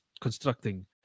constructing